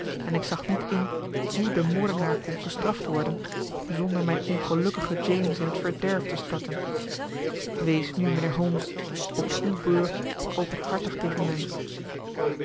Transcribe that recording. en ik zag niet in hoe de moordenaar kon gestraft worden zonder mijn ongelukkigen james in het verderf te storten wees nu mijnheer holmes op uw beurt openhartig tegen mij